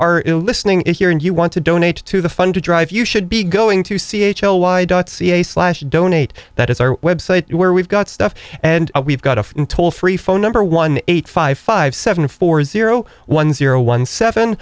are listening in here and you want to donate to the fun to drive you should be going to c h l why dot ca slash donate that is our website where we've got stuff and we've got a toll free phone number one eight five five seven four zero one zero one seven